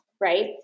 right